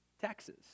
taxes